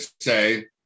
say